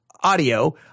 audio